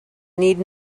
need